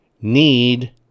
need